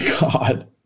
god